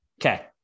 Okay